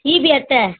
EB அட்டை